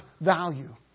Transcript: value